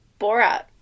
Borat